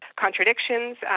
contradictions